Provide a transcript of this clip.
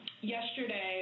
Yesterday